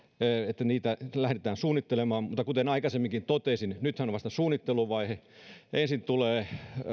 että niitä lähdetään suunnittelemaan mutta kuten aikaisemminkin totesin nythän on vasta suunnitteluvaihe ensin tulee